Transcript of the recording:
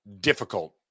difficult